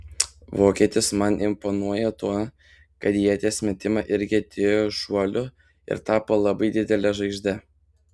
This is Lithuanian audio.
vokietis man imponuoja tuo kad į ieties metimą irgi atėjo iš šuolių ir tapo labai didele žvaigžde